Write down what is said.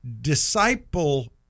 disciple